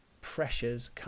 pressures